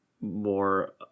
more